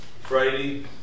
Friday